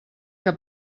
que